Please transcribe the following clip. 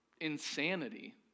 insanity